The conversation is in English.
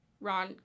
Ron